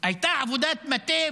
הייתה עבודת מטה,